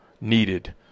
needed